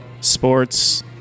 sports